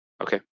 Okay